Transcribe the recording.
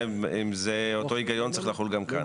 היא אם אותו ההיגיון צריך לחול גם כאן.